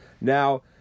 Now